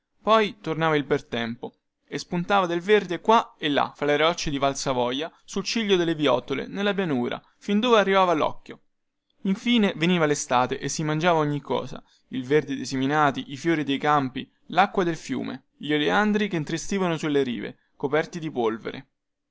poi tornava il bel tempo e spuntava del verde qua e là fra le rocce di valsavoia sul ciglio delle viottole nella pianura fin dove arrivava locchio infine veniva lestate e si mangiava ogni cosa il verde dei seminati i fiori dei campi lacque del fiume gli oleandri che intristivano sulle rive coperti di polvere